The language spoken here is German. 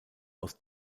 aus